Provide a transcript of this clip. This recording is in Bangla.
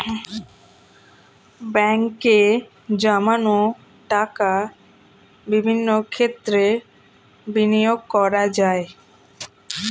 ব্যাঙ্কে জমানো টাকা বিভিন্ন ক্ষেত্রে বিনিয়োগ করা যায়